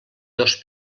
dos